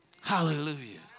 Hallelujah